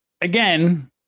again